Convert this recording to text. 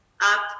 up